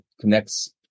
connects